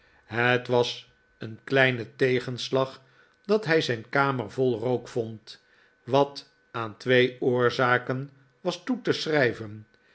het was een kleine tegenslag dat hij zijn kamer vol rook vond wat aan twee oorzaken was toe te schrijven